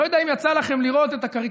אני לא יודע אם יצא לכם לראות את הקריקטורה